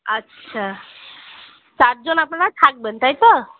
আচ্ছা চারজন আপনার থাকবেন তাই তো